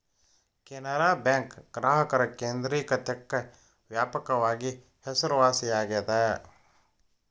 Canara bank ಗ್ರಾಹಕರ ಕೇಂದ್ರಿಕತೆಕ್ಕ ವ್ಯಾಪಕವಾಗಿ ಹೆಸರುವಾಸಿಯಾಗೆದ